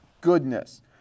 Goodness